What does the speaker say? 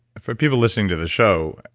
for people listening to the show,